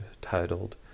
titled